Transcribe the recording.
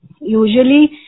usually